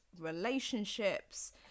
relationships